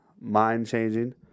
mind-changing